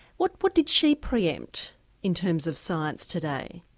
what what did she pre-empt in terms of science today?